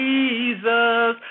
Jesus